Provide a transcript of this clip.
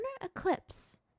eclipse